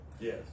Yes